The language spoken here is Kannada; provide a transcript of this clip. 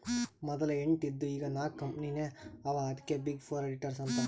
ಮದಲ ಎಂಟ್ ಇದ್ದು ಈಗ್ ನಾಕ್ ಕಂಪನಿನೇ ಅವಾ ಅದ್ಕೆ ಬಿಗ್ ಫೋರ್ ಅಡಿಟರ್ಸ್ ಅಂತಾರ್